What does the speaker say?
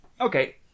Okay